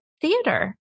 theater